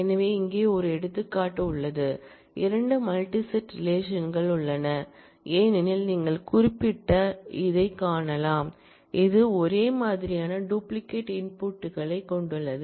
எனவே இங்கே ஒரு எடுத்துக்காட்டு உள்ளது 2 மல்டி செட் ரிலேஷன் கள் உள்ளன ஏனெனில் நீங்கள் குறிப்பாக இதைக் காணலாம் இது ஒரே மாதிரியான டூப்ளிகேட் இன்புட் களைக் கொண்டுள்ளது